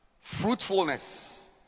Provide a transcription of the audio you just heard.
fruitfulness